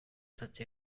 such